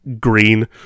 green